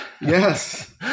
Yes